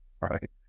right